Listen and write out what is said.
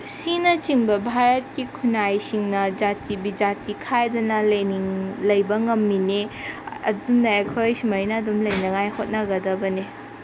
ꯁꯤꯅꯆꯤꯡꯕ ꯚꯥꯔꯠꯀꯤ ꯈꯨꯅꯥꯏꯁꯤꯡꯅ ꯖꯥꯇꯤ ꯕꯤꯖꯥꯠꯇꯤ ꯈꯥꯏꯗꯅ ꯂꯩꯕ ꯉꯝꯃꯤꯅꯦ ꯑꯗꯨꯅ ꯑꯩꯈꯣꯏ ꯁꯨꯃꯥꯏꯅ ꯑꯗꯨꯝ ꯂꯩꯅꯉꯥꯏ ꯍꯣꯠꯅꯒꯗꯕꯅꯤ